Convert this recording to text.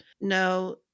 no